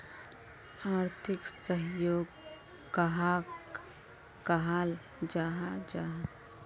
आर्थिक सहयोग कहाक कहाल जाहा जाहा?